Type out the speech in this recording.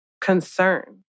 concern